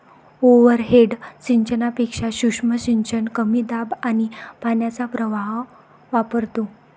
overhead सिंचनापेक्षा सूक्ष्म सिंचन कमी दाब आणि पाण्याचा प्रवाह वापरतो